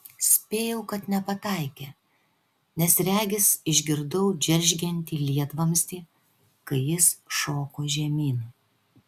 spėjau kad nepataikė nes regis išgirdau džeržgiantį lietvamzdį kai jis šoko žemyn